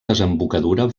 desembocadura